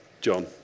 John